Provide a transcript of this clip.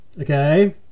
okay